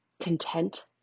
content